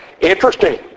interesting